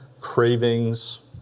cravings